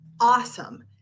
awesome